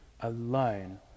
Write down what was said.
alone